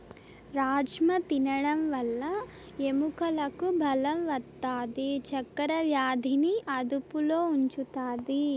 రాజ్మ తినడం వల్ల ఎముకలకు బలం వస్తాది, చక్కర వ్యాధిని అదుపులో ఉంచుతాది